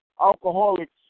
alcoholics